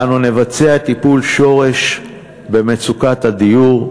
ואנו נבצע טיפול שורש במצוקת הדיור,